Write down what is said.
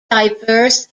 diverse